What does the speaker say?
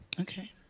okay